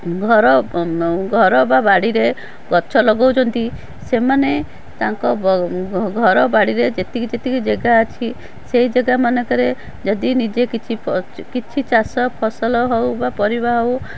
ଘର ଘର ବା ବାଡ଼ିରେ ଗଛ ଲଗଉଚନ୍ତି ସେମାନେ ତାଙ୍କ ଘର ବାଡ଼ିରେ ଯେତିକି ଯେତିକି ଜାଗା ଅଛି ସେଇ ଜାଗା ମାନଙ୍କରେ ଯଦି ନିଜେ କିଛି କିଛି ଚାଷ ଫସଲ ହଉ ବା ପରିବା ହଉ